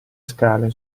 scale